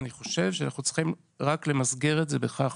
אני חושב צריכים רק למסגר את זה בכך